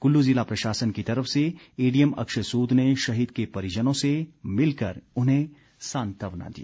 कुल्लू जिला प्रशासन की तरफ से एडीएम अक्षय सूद ने शहीद के परिजनों से मिलकर उन्हें सांत्वना दी